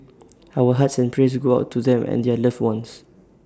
our hearts and prayers go out to them and their loved ones